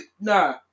nah